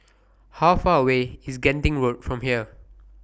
How Far away IS Genting Road from here